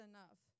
Enough